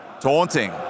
taunting